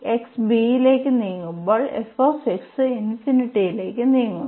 x b ലേക്ക് നീങ്ങുമ്പോൾ f ഇൻഫിനിറ്റിയിലേക്ക് നീങ്ങുന്നു